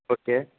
okay